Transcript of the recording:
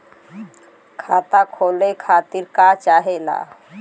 खाता खोले खातीर का चाहे ला?